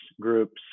groups